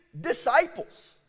disciples